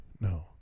No